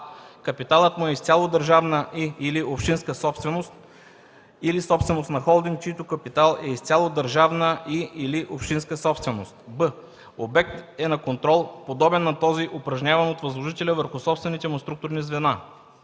капиталът му е изцяло държавна и/или общинска собственост или собственост на холдинг, чийто капитал е изцяло държавна и/или общинска собственост; б) обект е на контрол, подобен на този, упражняван от възложителя върху собствените му структурни звена;